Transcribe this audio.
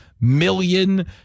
million